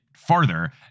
Farther